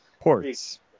Ports